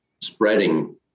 spreading